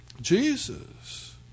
Jesus